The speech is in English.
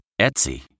Etsy